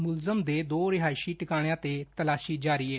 ਮੁਲਜ਼ਮ ਦੇ ਦੋ ਰਿਹਾਇਸ਼ੀ ਟਿਕਾਣਿਆਂ ਤੇ ਤਲਾਸ਼ੀ ਜਾਰੀ ਏ